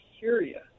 Syria